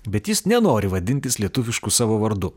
bet jis nenori vadintis lietuvišku savo vardu